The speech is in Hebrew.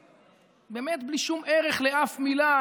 באמת בלי שום ערך לאף מילה,